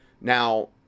now